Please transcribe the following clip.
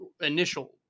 initial